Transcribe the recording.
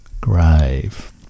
grave